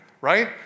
right